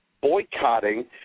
boycotting